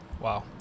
Wow